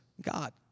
God